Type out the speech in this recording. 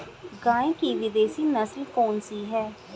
गाय की विदेशी नस्ल कौन सी है?